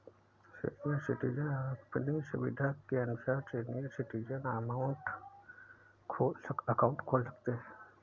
senior citizen अपनी सुविधा के अनुसार सीनियर सिटीजन अकाउंट खोल सकते है